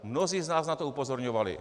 Mnozí z nás na to upozorňovali.